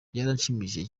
byaranshimishije